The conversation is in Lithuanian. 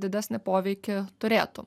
didesnį poveikį turėtų